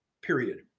period